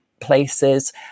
places